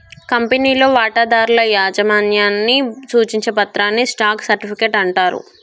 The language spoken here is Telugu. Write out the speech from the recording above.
కంపెనీలో వాటాదారుల యాజమాన్యాన్ని సూచించే పత్రాన్ని స్టాక్ సర్టిఫికెట్ అంటారు